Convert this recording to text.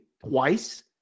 twice